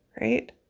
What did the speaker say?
Right